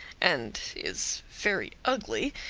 and is very ugly,